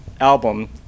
album